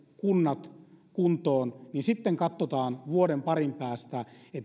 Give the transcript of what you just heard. kunnat kuntoon sitten katsotaan vuoden parin päästä